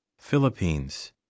Philippines